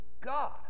God